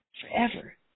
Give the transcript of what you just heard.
forever